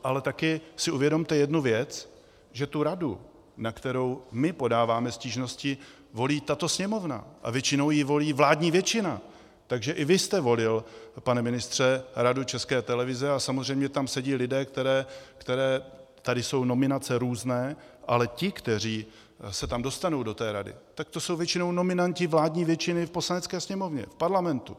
Ale taky si uvědomte jednu věc, že tu radu, na kterou my podáváme stížnosti, volí tato Sněmovna a většinou ji volí vládní většina, takže i vy jste volil, pane ministře, Radu České televize, a samozřejmě tam sedí lidé, tady jsou různé nominace, ale ti, kteří se do té rady dostanou, tak to jsou většinou nominanti vládní většiny v Poslanecké sněmovně, v parlamentu.